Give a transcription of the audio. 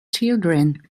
children